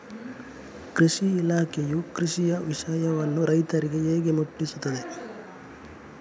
ಕೃಷಿ ಇಲಾಖೆಯು ಕೃಷಿಯ ವಿಷಯವನ್ನು ರೈತರಿಗೆ ಹೇಗೆ ಮುಟ್ಟಿಸ್ತದೆ?